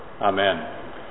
Amen